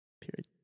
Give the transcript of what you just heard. Period